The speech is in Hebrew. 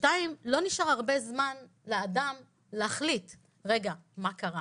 לא נשאר הרבה זמן לאדם להחליט, רגע, מה קרה?